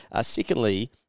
Secondly